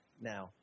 Now